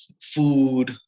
food